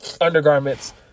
undergarments